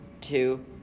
two